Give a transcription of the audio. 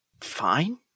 fine